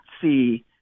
see